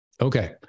Okay